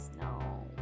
No